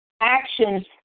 actions